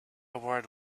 word